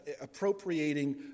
appropriating